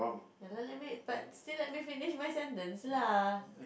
ya lah let me but still let me finish my sentence lah